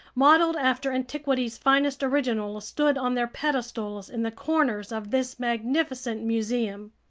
modeled after antiquity's finest originals, stood on their pedestals in the corners of this magnificent museum.